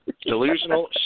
Delusional